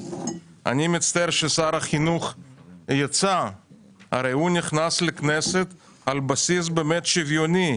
שר החינוך נכנס לכנסת על בסיס שוויוני,